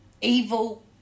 evil